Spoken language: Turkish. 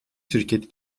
şirket